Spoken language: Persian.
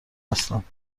هستند